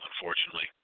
Unfortunately